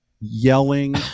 yelling